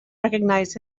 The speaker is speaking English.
recognize